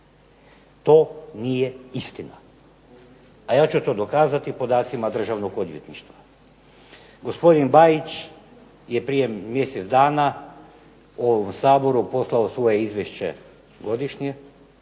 to nije istina. A ja ću to dokazati podacima državnog odvjetništva. Gospodin BAjić je prije mjesec dana ovom Saboru poslao svoje izvješće godišnje